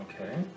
okay